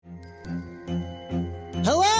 Hello